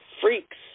Freaks